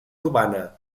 urbana